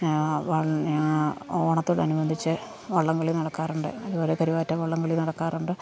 one ഓണത്തോട് അനുബന്ധിച്ച് വള്ളംകളി നടക്കാറുണ്ട് അതുപോലെ കരുവാറ്റ വള്ളംകളി നടക്കാറുണ്ട്